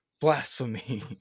blasphemy